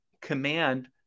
command